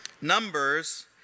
Numbers